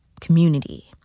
community